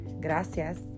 Gracias